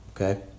okay